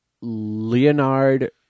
Leonard